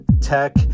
tech